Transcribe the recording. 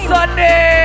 Sunday